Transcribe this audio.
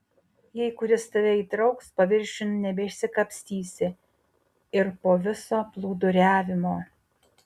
jei kuris tave įtrauks paviršiun nebeišsikapstysi ir po viso plūduriavimo